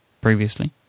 previously